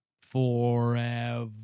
forever